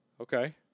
Okay